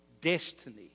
destiny